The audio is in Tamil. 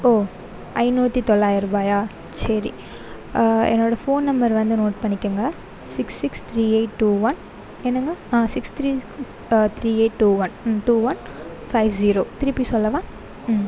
ஓ ஐநூற்றி தொள்ளாயிரரூபாயா சரி என்னோடய ஃபோன் நம்பரு வந்து நோட் பண்ணிக்கோங்க six six three eight two one என்னங்க ஆ six three three eight two one ம் டூ ஒன் ஃபைவ் ஜீரோ திருப்பி சொல்லவா